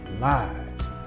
lives